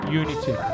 unity